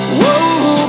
whoa